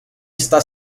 está